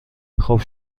خوب